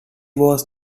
was